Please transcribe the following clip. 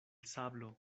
sablo